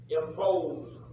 imposed